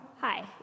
Hi